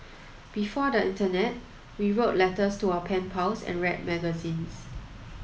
before the internet we wrote letters to our pen pals and read magazines